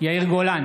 יאיר גולן,